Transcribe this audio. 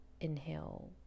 inhale